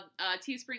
Teespring